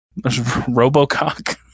robocock